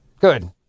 Good